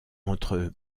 entre